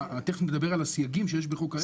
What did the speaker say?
תיכף נדבר על הסייגים שיש בחוק העזר.